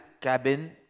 cabin